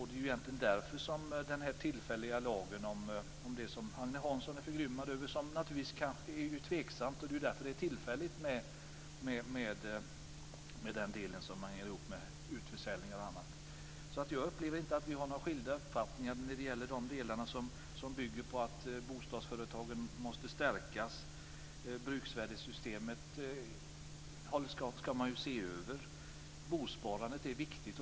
Det är egentligen därför som den här tillfälliga lagen finns. Agne Hansson är förgrymmad över det här, och det är naturligtvis tveksamt. Det är därför som detta som hänger ihop med utförsäljning och annat är tillfälligt. Jag upplever därför inte att vi har några skilda uppfattningar när det gäller att bostadsföretagen måste stärkas. Man ska ju se över bruksvärdessystemet. Bosparandet är viktigt.